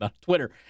Twitter